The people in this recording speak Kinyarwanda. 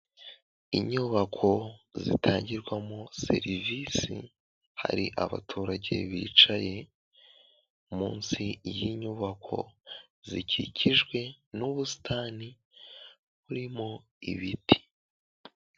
Inyubako zitangirwamo serivisi hari abaturage bicaye munsi y'inyubako zikikijwe n'ubusitani burimo ibiti.